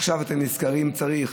עכשיו אתם נזכרים שצריך?